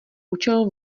účel